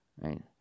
right